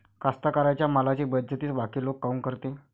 कास्तकाराइच्या मालाची बेइज्जती बाकी लोक काऊन करते?